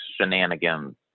shenanigans